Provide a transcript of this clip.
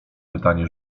pytanie